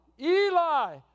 Eli